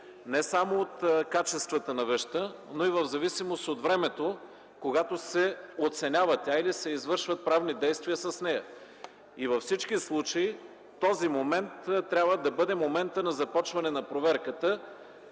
не само от качествата на вещта, но и в зависимост от времето, когато тя се оценява или се извършват правни действия с нея. Във всички случаи този момент трябва да бъде моментът на започване на проверката,